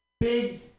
big